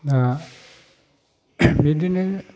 दा बिदिनो